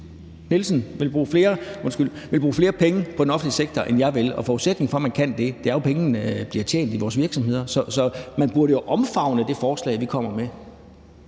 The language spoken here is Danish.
Bech-Nielsen vil bruge flere penge på den offentlige sektor, end jeg vil, og forudsætningen for, at man kan det, er jo, at pengene bliver tjent i vores virksomheder. Så man burde jo omfavne det forslag, vi kommer med.